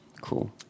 Cool